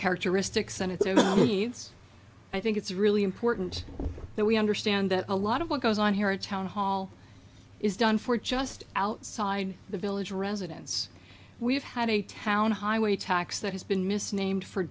characteristics and it's i think it's really important that we understand that a lot of what goes on here at town hall is done for just outside the village residence we have had a town highway tax that has been misnamed for